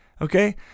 Okay